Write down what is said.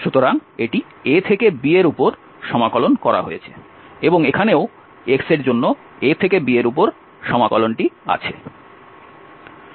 সুতরাং এটি a থেকে b এর উপর সমাকলন করা হয়েছে এবং এখানেও x এর জন্য a থেকে b এর উপর সমাকলন আছে